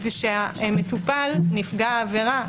ושהמטופל נפגע העבירה,